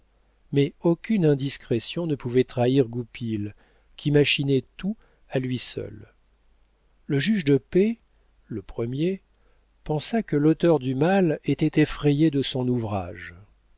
mais aucune indiscrétion ne pouvait trahir goupil qui machinait tout à lui seul le juge de paix le premier pensa que l'auteur du mal était effrayé de son ouvrage